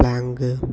plank